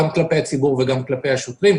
גם כלפי הציבור וגם כלפי השוטרים,